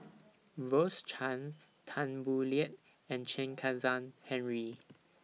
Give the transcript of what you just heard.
Rose Chan Tan Boo Liat and Chen Kezhan Henri